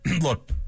look